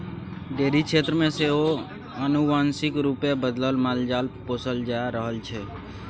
dairy क्षेत्र मे सेहो आनुवांशिक रूपे बदलल मालजाल पोसल जा रहल छै